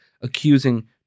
accusing